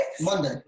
Monday